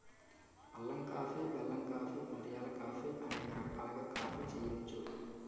అల్లం కాఫీ బెల్లం కాఫీ మిరియాల కాఫీ అనేక రకాలుగా కాఫీ చేయొచ్చు